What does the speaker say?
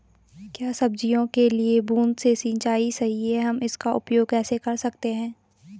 क्या सब्जियों के लिए बूँद से सिंचाई सही है हम इसका उपयोग कैसे कर सकते हैं?